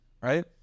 right